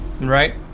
right